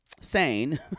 sane